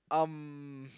um